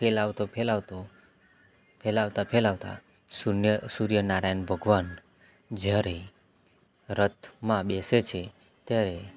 ફેલાવતો ફેલાવતો ફેલાવતા ફેલાવતા સૂર્યનારાયણ ભગવાન જ્યારે રથમાં બેસે છે ત્યારે